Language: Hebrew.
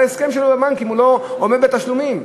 אם הוא לא עומד בתשלומים.